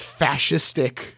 fascistic